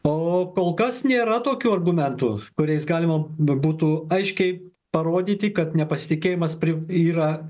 o kol kas nėra tokių argumentų kuriais galima būtų aiškiai parodyti kad nepasitikėjimas pri yra